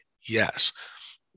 Yes